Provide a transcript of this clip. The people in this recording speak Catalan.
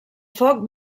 foc